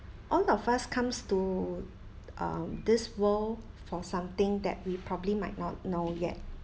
all of us comes to um this world for something that we probably might not know yet